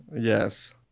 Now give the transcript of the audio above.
Yes